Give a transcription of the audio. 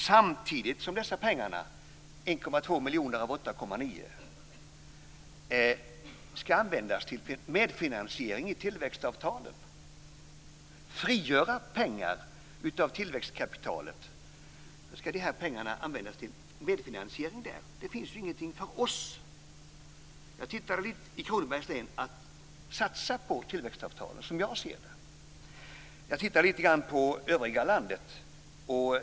Samtidigt ska dessa pengar, 1,2 miljoner av 8,9 miljoner, användas till medfinansiering i tillväxtavtalet. Man ska frigöra pengar av tillväxtkapitalet, och de här pengarna ska användas till medfinansiering där. Det finns ju ingenting för oss i Kronobergs län att satsa på tillväxtavtalet som jag ser det. Jag tittade lite grann på övriga landet.